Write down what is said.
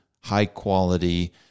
high-quality